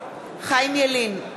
חיים ילין,